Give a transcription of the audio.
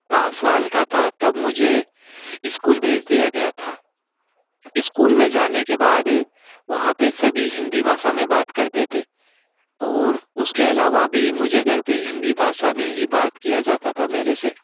पाँच साल का था तब मुझे स्कूल भेज दिया गया था स्कूल में जाने के बाद वहाँ पर सभी हिंदी भाषा में बात करते थे और उस के अलावा भी मुझे घर पे हिंदी भाषा में ही बात किया जाता था मेरे से